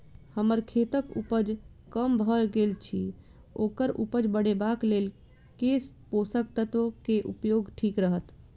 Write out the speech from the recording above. हम्मर खेतक उपज कम भऽ गेल अछि ओकर उपज बढ़ेबाक लेल केँ पोसक तत्व केँ उपयोग ठीक रहत?